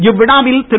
இவ்விழாவில் திரு